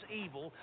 evil